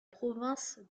province